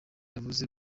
yavuze